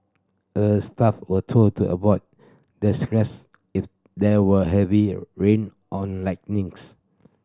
all staff were told to avoid that stretch if there were heavy rain or lightnings